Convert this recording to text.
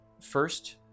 first